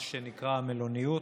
מה שנקרא המלוניות,